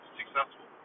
successful